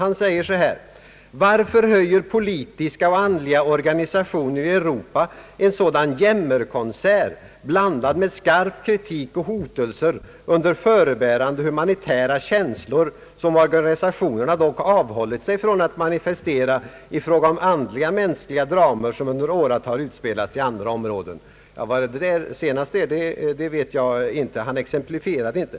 Enligt telegrammet sade Boumedienne så här: »Varför höjer politiska och andliga organisationer i Europa en sådan jämmerkonsert blandad med skarp kritik och hotelser under förebärande av humanitära känslor som organisationerna dock avhållit sig från att manifestera i fråga om andra mänskliga dramer som under åratal utspelats i andra områden?» Vilka dessa dramer är exemplifieras dock inte.